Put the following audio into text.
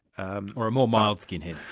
and or a more mild skinhead.